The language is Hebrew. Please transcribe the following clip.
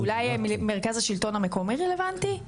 אולי מרכז השלטון המקומי רלוונטי?